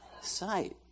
sight